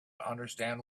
understand